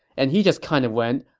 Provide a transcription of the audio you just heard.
and he just kind of went,